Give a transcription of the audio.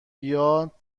بیاد